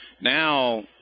Now